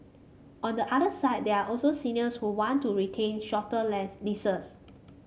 on the other side there are also seniors who want to retain shorter less leases